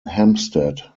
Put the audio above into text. hempstead